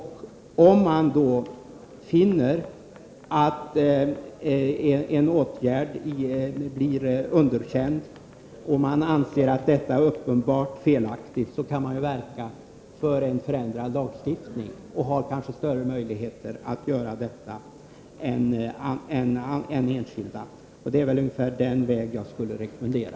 Om man finner att en åtgärd blir underkänd och man anser att detta uppenbart är felaktigt, kan man ju verka för en förändrad lagstiftning. En myndighet har kanske större möjlighet att göra detta än enskilda. Det är väl i så fall den väg jag skulle rekommendera.